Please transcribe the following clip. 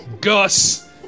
Gus